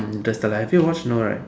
interstellar have you watched no right